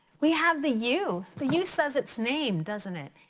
we have the u, the u says it's name doesn't it?